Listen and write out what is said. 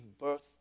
birth